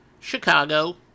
Chicago